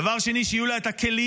דבר שני, שיהיו לה את הכלים,